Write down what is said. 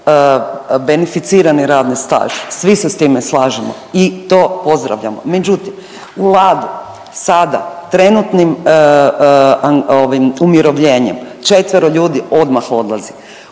beneficirani radni staž, svi se s time slažemo i to pozdravljamo. Međutim, u Ladu sada trenutnim umirovljenjem četvero ljudi odmah odlazi.